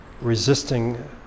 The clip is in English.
resisting